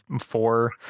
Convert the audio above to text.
four